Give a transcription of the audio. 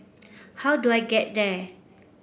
how do I get there